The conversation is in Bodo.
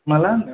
माब्ला होनदों